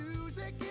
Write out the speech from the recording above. Music